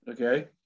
Okay